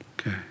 Okay